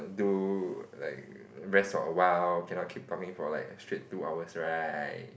do like rest for awhile cannot keep talking for like straight two hours right